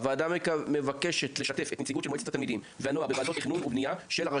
הוועדה מבקשת לשתף את נציגות של מועצת התלמידים